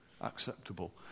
acceptable